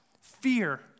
Fear